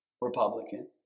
Republican